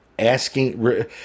asking